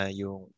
yung